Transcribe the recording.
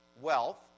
wealth